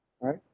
right